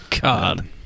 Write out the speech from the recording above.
God